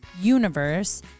universe